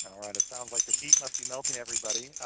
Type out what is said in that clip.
and all right. it sounds like the heat must be melting everybody.